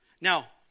Now